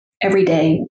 everyday